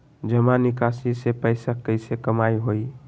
जमा निकासी से पैसा कईसे कमाई होई?